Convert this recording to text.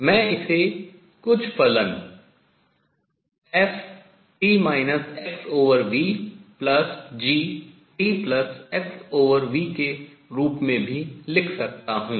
मैं इसे कुछ फलन ft xvgtxv के रूप में भी लिख सकता हूँ